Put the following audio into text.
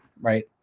right